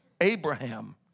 Abraham